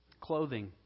Clothing